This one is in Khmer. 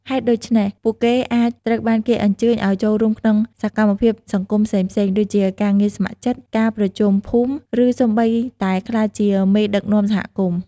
ហេតុដូច្នេះ ពួកគេអាចត្រូវបានគេអញ្ជើញឱ្យចូលរួមក្នុងសកម្មភាពសង្គមផ្សេងៗ ដូចជាការងារស្ម័គ្រចិត្ត ការប្រជុំភូមិ ឬសូម្បីតែក្លាយជាមេដឹកនាំសហគមន៍។